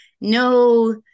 no